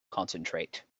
concentrate